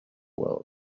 world